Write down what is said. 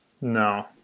No